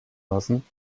lassen